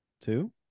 Two